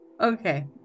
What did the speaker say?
Okay